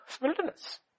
wilderness